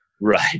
Right